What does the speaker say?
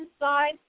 inside